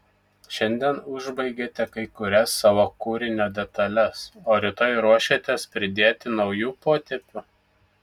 šiandien užbaigėte kai kurias savo kūrinio detales o rytoj ruošiatės pridėti naujų potėpių